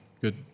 Good